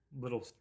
little